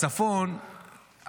הצפון,